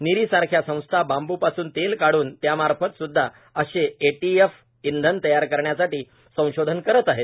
नीरी सारख्या संस्था बांबूपासून तेल काढून त्यामार्फत सुद्धा असे एटीएफ इंधन तयार करण्यासाठी संशोधन करत आहेत